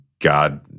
God